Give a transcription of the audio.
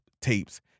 tapes